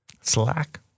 Slack